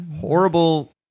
horrible